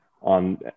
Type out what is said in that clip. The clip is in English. on